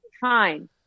fine